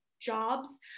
jobs